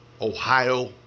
Ohio